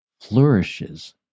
flourishes